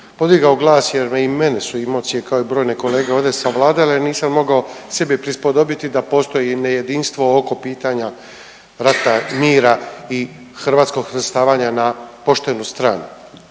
podigao glas jer i mene su emocije kao i brojne kolege ovdje savladale. Nisam mogao sebi prispodobiti da postoji nejedinstvo oko pitanja rata, mira i hrvatskog svrstavanja na poštenu stranu.